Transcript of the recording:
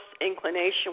inclination